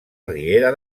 riera